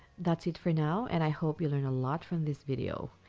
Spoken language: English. that's it for now, and i hope you learn a lot from this video.